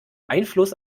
einfluss